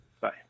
Bye